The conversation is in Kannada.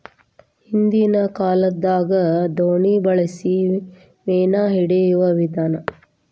ಹಿಂದಿನ ಕಾಲದಾಗ ದೋಣಿ ಬಳಸಿ ಮೇನಾ ಹಿಡಿಯುವ ವಿಧಾನಾ